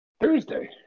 Thursday